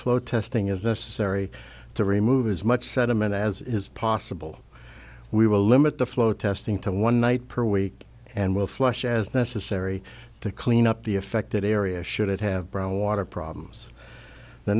flow testing is necessary to remove as much sediment as is possible we will limit the flow testing to one night per week and will flush as necessary to clean up the affected area should it have brown water problems the